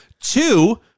Two